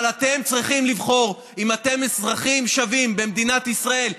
אבל אתם צריכים לבחור אם אתם אזרחים שווים במדינת ישראל,